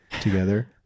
together